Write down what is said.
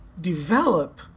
develop